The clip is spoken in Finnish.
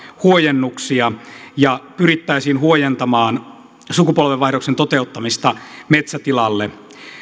huojennuksia ja pyrittäisiin huojentamaan sukupolvenvaihdoksen toteuttamista metsätiloille